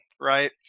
Right